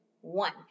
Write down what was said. one